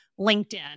LinkedIn